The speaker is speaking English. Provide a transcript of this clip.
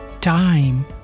time